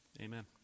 Amen